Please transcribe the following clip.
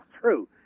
true